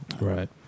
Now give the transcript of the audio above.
Right